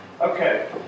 Okay